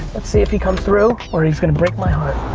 let's see if he comes through, or he's gonna break my like